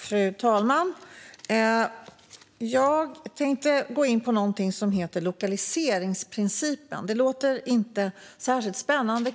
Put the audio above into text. Fru talman! Jag tänkte gå in på någonting som heter lokaliseringsprincipen. Det låter kanske inte särskilt spännande,